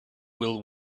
will